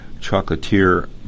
Chocolatier